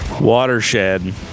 watershed